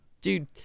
Dude